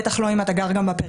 בטח לא אם אתה גר בפריפריה.